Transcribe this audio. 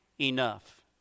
enough